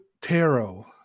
Tarot